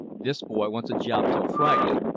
this boy wants a job till friday.